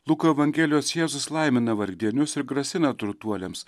luko evangelijos jėzus laimina vargdienius ir grasina turtuoliams